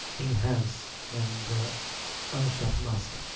enhance and unsharp mask